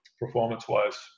performance-wise